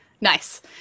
Nice